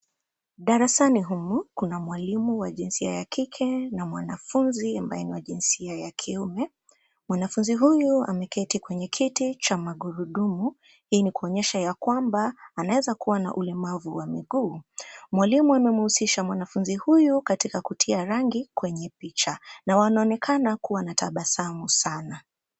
Darasani humu, kuna mwalimu wa jinsia ya kike na mwanafunzi ambaye ni wa jinsia ya kiume. Mwanafunzi huyu ameketi kwenye kiti cha magurudumu hii ni kuonyesha kwamba aneza kuwa na ulemavu wa miguu. Mwalimu amemuhusisha mwanafunzi huyu katika kutia rangi kwenye picha na wanaonekana kuwa na tabasamu sana.